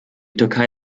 türkei